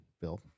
Bill